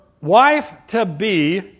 wife-to-be